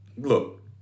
look